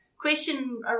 question